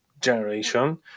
Generation